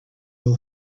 will